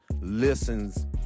listens